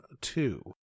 two